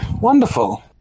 Wonderful